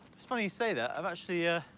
it's funny you say that. i've actually. yeah